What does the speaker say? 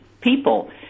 people